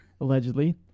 allegedly